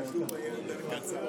חבר הכנסת אמיר אוחנה, בבקשה,